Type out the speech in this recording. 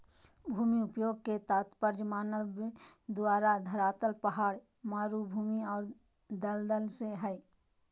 भूमि उपयोग के तात्पर्य मानव द्वारा धरातल पहाड़, मरू भूमि और दलदल से हइ